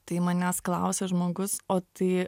tai manęs klausė žmogus o tai